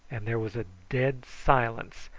and there was a dead silence,